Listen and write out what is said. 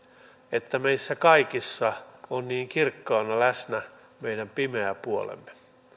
että meissä kaikissa on niin kirkkaana läsnä meidän pimeä puolemme